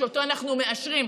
שאותו אנחנו מאשרים,